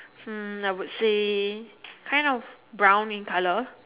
hmm I would say kind of brown in colour